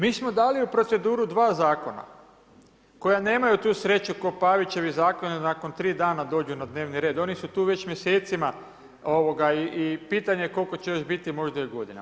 Mi smo dali u proceduru 2 zakona, koji nemaju tu sreću ko Pavićevi zakoni, nakon 3 dana dođu na dnevni red, oni su tu već mjesecima i pitanje je koliko će još biti možda i godina.